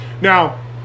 Now